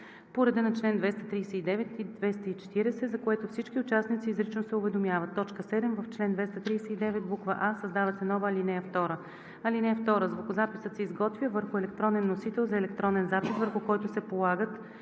по реда на чл. 239 и 240, за което всички участници изрично се уведомяват.“ 7. В чл. 239: а) създава се нова ал. 2: „(2) Звукозаписът се изготвя върху електронен носител за еднократен запис, върху който се полагат